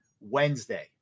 Wednesday